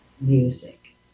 music